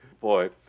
Boy